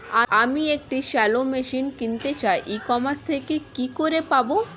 আমি একটি shallow machine কিনতে চাই ই কমার্স থেকে কি করে পাবো?